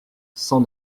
cent